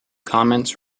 comments